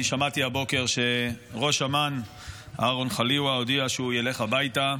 אני שמעתי הבוקר שראש אמ"ן אהרון חליוה הודיע שהוא ילך הביתה.